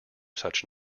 such